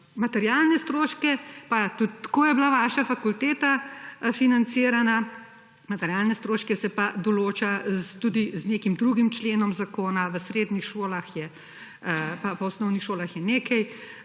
Materialne stroške, pa tudi tako je bila vaša fakulteta financirana, se pa določa tudi z nekim drugim členom zakona, v srednjih šolah in v osnovnih šolah je nekaj,